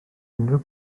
unrhyw